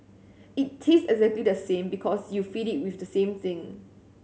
it taste exactly the same because you feed it with the same thing